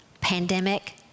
pandemic